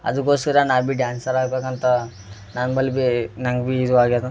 ಅದಕ್ಕೋಸ್ಕರ ನಾವು be dancer ಆಗಬೇಕಂತ ನಮ್ಮಲ್ಲಿ ಬಿ ನಂಗೆ ಬಿ ಇದು ಆಗ್ಯದ